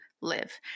live